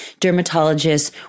dermatologists